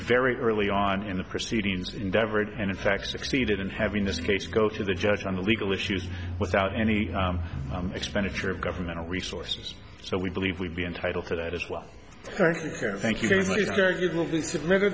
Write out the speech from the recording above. very early on in the proceedings endeavored and in fact succeeded in having this case go to the judge on the legal issues without any expenditure of governmental resources so we believe we be entitled to that as well thank you very much